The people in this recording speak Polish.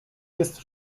jest